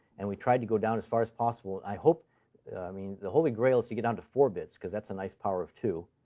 and we tried to go down as far as possible. and i hope i mean, the holy grail is to get down to four bits because that's a nice power of two.